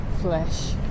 flesh